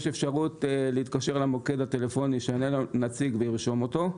יש אפשרות להתקשר למוקד הטלפוני שעונה לו נציג וירשום אותו.